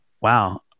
Wow